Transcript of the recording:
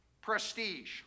prestige